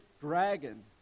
dragon